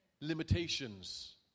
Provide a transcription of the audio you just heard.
limitations